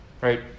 right